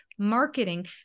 Marketing